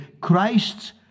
Christ's